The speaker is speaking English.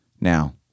Now